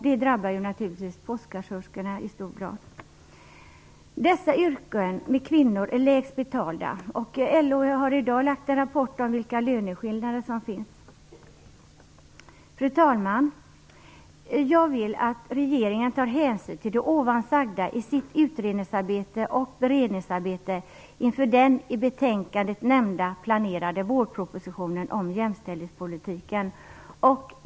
Detta drabbar naturligtvis i hög grad postkassörskorna. Dessa kvinnoyrken är lägst betalda. LO har i dag lagt fram en rapport om vilka löneskillnader som finns. Herr talman! Jag vill att regeringen tar hänsyn till det ovan sagda i sitt utredningsarbete och beredningsarbete inför den i betänkandet nämnda planerade vårpropositionen om jämställdhetspolitiken.